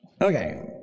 Okay